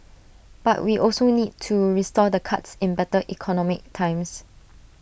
but we also need to restore the cuts in better economic times